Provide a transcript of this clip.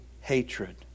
hatred